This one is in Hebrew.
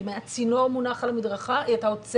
אם היה צינור מונח על המדרכה, היא הייתה עוצרת.